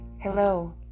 Hello